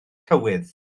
cywydd